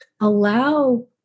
allow